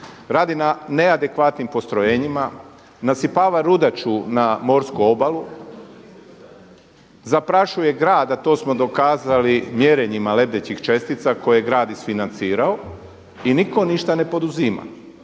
radi na neadekvatnim postrojenjima, nasipava rudaču na morsku obalu, zaprašuje grad a to smo dokazali mjerenjima lebdećih čestica koje je grad isfinancirao i nitko ništa ne poduzima.